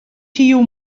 tiu